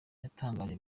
yatangaje